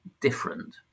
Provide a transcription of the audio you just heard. different